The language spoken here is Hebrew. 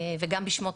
גם בשמו,